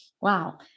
Wow